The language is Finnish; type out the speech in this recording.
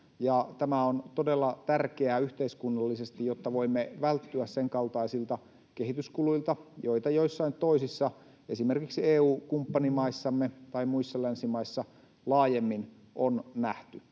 tämä on todella tärkeää yhteiskunnallisesti, jotta voimme välttyä sen kaltaisilta kehityskuluilta, joita esimerkiksi joissain toisissa EU-kumppanimaissamme tai muissa länsimaissa laajemmin on nähty.